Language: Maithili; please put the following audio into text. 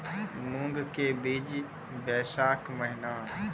मूंग के बीज बैशाख महीना